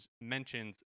mentions